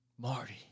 Marty